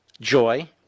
Joy